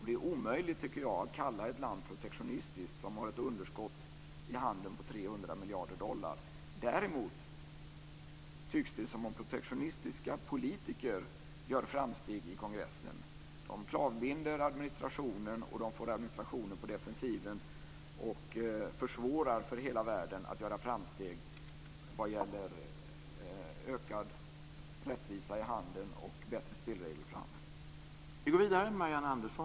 Det är omöjligt att kalla ett land protektionistiskt som har ett underskott i handeln på Däremot tycks det som om protektionistiska politiker gör framsteg i kongressen. De klavbinder administrationen, och de får administrationen på defensiven och försvårar för hela världen att göra framsteg vad gäller ökad rättvisa i handeln och bättre spelregler för handeln.